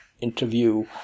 interview